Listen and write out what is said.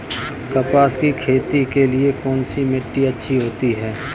कपास की खेती के लिए कौन सी मिट्टी अच्छी होती है?